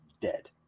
dead